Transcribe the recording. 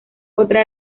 otra